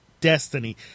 Destiny